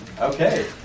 Okay